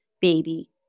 baby